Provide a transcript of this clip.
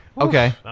Okay